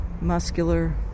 muscular